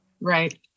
right